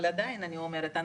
אבל עדיין אני אומרת,